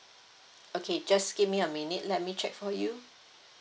okay just give me a minute let me check for you